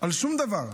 על שום דבר,